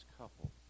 couple